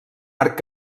arc